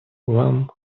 вам